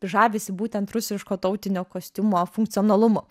žavisi būtent rusiško tautinio kostiumo funkcionalumu